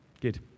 good